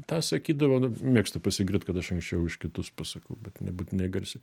tą sakydavau nu mėgstu pasigirt kad aš anksčiau už kitus pasakau bet nebūtinai garsiai